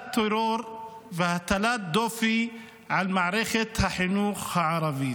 טרור והטלת דופי על מערכת החינוך הערבית.